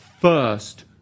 first